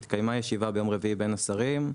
התקיימה ישיבה ביום רביעי בין השרים,